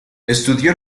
estudió